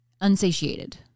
unsatiated